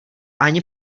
ani